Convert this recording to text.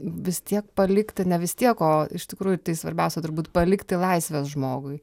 vis tiek palikti ne vis tiek o iš tikrųjų ir tai svarbiausia turbūt palikti laisvės žmogui